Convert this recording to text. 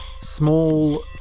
small